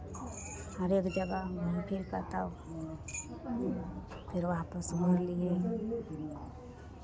हरेक जगहमे घुमि फिरि कऽ तब फेरो आपस घुमि लेलियै